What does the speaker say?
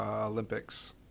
olympics